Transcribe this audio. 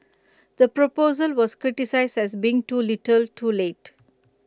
the proposal was criticised as being too little too late